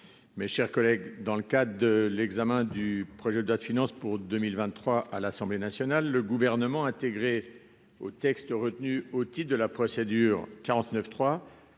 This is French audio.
mes chers collègues, dans le cadre de l'examen du projet de loi de finances pour 2023, à l'Assemblée nationale, le gouvernement intégrée au texte retenu au titre de la procédure 49 3,